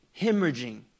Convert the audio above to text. Hemorrhaging